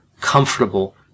comfortable